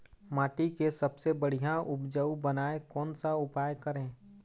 माटी के सबसे बढ़िया उपजाऊ बनाए कोन सा उपाय करें?